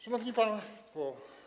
Szanowni Państwo!